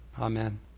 Amen